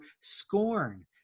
scorn